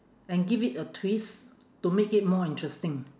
and give it a twist to make it more interesting